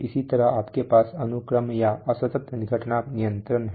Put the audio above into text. इसी तरह आपके पास अनुक्रम या असतत घटना नियंत्रण है